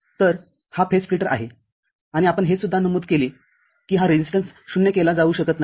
तर हा फेज स्प्लिटरआहे आणि आपण हे सुद्धा नमूद केले की हा रेजीस्टन्स ० केला जाऊ शकत नाही